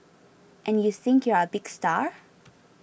and you think you're a big star